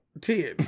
ten